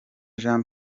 jean